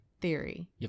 theory